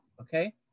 Okay